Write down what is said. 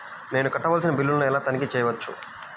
నేను కట్టవలసిన బిల్లులను ఎలా తనిఖీ చెయ్యవచ్చు?